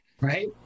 right